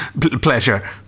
pleasure